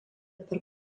per